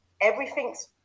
everything's